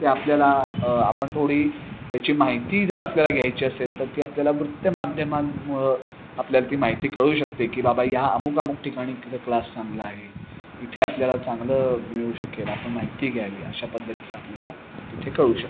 ते आपल्याला आपण थोडी त्याची माहिती जर आपल्याला घ्यायची असेल तर ती आपल्याला वृत्तमाध्यमांमुळं आपल्याला ती माहिती कळू शकते की बाबा या अमुक अमुक ठिकाणी किती क्लास चांगला आहे इथे आपल्याला चांगलं मिळू शकेल आपण माहिती घ्यावी अशा पद्धतीचं आपल्याला तिथे कळू शकतो